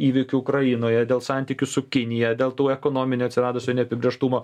įvykių ukrainoje dėl santykių su kinija dėl tų ekonominio atsiradusio neapibrėžtumo